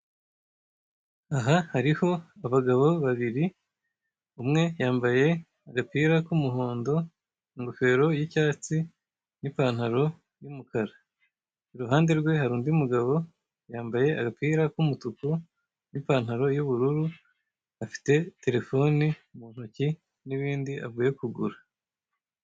Aha hariho abagabo babiri umwe yambaye agapira k'umuhondo ingofero y'icyatsi n'ipantalo y'umukara iruhande rwe hari undi mugabo yambaye agapira k'umutuku n'ipantalo y'ubururu afite terefone mu ntoki n'ibindi avuye kugura.